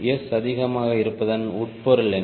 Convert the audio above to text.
S அதிகமாக இருப்பதன் உட்பொருள் என்ன